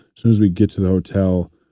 soon as we get to the hotel,